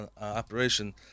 operation